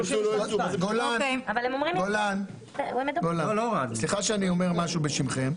גולן, סליחה שאני אומר משהו בשמכם.